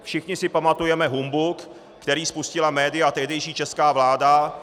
Všichni si pamatujeme humbuk, který spustila média a tehdejší česká vláda